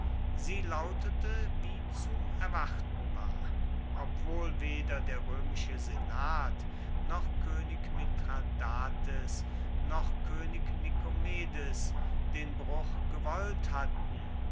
sie lautete wie zu erwarten war obwohl weder der römische senat noch könig mithradates noch könig nikomedes den bruch gewollt hatten